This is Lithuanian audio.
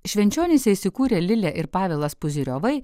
švenčionyse įsikūrė lilė ir pavelas puzyriovai